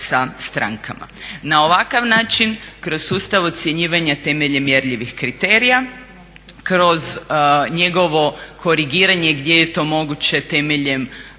Na ovakav način kroz sustav ocjenjivanja temeljem mjerljivih kriterija, kroz njegovo korigiranje gdje je to moguće temeljem mišljenja